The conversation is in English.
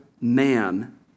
man